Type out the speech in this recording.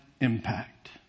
impact